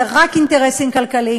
אלה רק אינטרסים כלכליים.